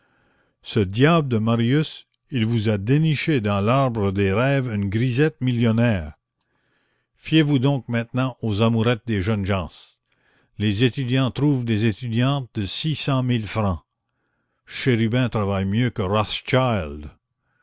ce diable de marius il vous a déniché dans l'arbre des rêves une grisette millionnaire fiez-vous donc maintenant aux amourettes des jeunes gens les étudiants trouvent des étudiantes de six cent mille francs chérubin travaille mieux que rothschild